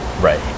right